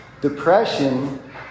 depression